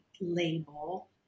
label